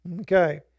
Okay